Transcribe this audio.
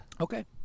Okay